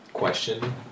question